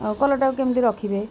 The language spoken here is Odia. ଆଉ କଲର୍ଟାକୁ କେମିତି ରଖିବେ